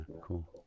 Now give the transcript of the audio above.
cool